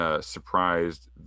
Surprised